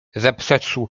zaprzeczył